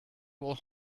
will